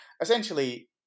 essentially